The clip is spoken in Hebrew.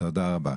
תודה רבה.